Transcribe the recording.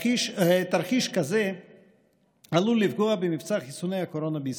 תרחיש כזה עלול לפגוע במבצע חיסוני הקורונה בישראל.